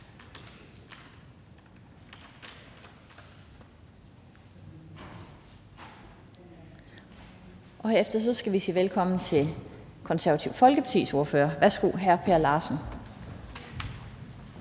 Herefter skal vi sige velkommen til Det Konservative Folkepartis ordfører. Værsgo til hr. Per Larsen